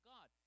God